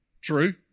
True